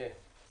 בשעה